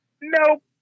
Nope